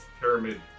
pyramid